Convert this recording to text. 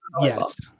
yes